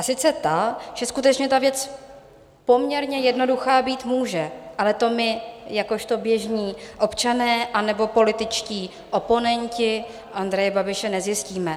Sice tu, že skutečně ta věc poměrně jednoduchá být může, ale to my jakožto běžní občané anebo političtí oponenti Andreje Babiše nezjistíme.